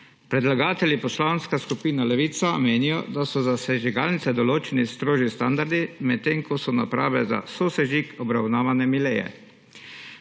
Predlagatelji, Poslanska skupina Levica, menijo, da so za sežigalnice določeni strožji standardi, medtem ko so naprave za sosežig obravnavane mileje.